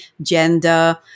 gender